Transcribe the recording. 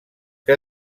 que